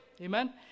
Amen